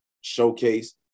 showcase